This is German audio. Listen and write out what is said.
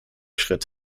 schritt